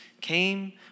came